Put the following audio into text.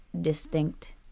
distinct